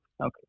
Okay